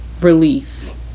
release